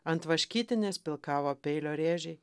ant vaškytinės pilkavo peilio rėžiai